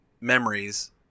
memories